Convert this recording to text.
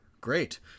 great